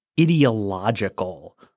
ideological